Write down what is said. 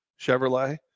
Chevrolet